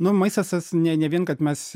nu maistas tas ne ne vien kad mes